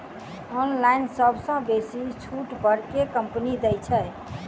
Online सबसँ बेसी छुट पर केँ कंपनी दइ छै?